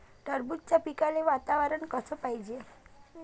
टरबूजाच्या पिकाले वातावरन कस पायजे?